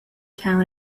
town